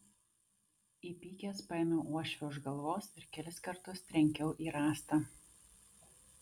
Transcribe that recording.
įpykęs paėmiau uošvę už galvos ir kelis kartus trenkiau į rąstą